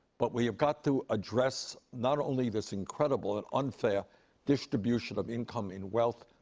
but we have got to address not only this incredible and unfair distribution of income and wealth.